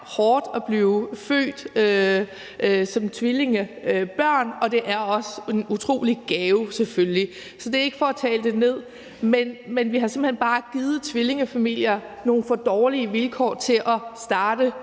hårdt at blive født som tvillingebørn; det er også en utrolig gave, selvfølgelig, så det er ikke for at tale det ned. Men vi har simpelt hen bare givet tvillingefamilier nogle for dårlige vilkår til at starte